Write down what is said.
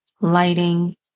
lighting